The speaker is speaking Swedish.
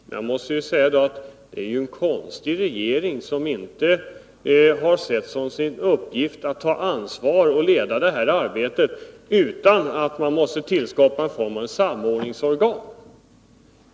Men jag vill hävda att det är en konstig regering som inte har sett som sin uppgift att ta ansvar och leda det här arbetet utan att man behöver tillskapa ett samordningsorgan.